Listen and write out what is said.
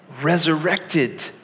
resurrected